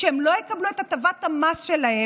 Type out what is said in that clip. שהם לא יקבלו את הטבת השכר שלהם,